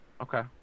Okay